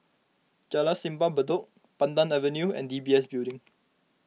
Jalan Simpang Bedok Pandan Avenue and D B S Building